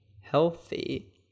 healthy